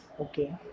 Okay